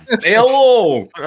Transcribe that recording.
hello